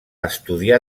estudiar